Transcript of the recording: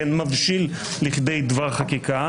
מבשיל לכדי דבר חקיקה.